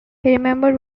remembered